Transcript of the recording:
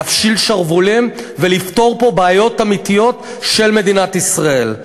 להפשיל שרוולים ולפתור פה בעיות אמיתיות של מדינת ישראל.